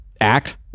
act